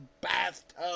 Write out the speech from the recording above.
bathtub